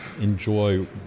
enjoy